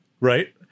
Right